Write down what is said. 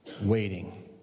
waiting